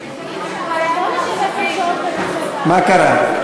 מה קרה?